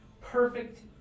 perfect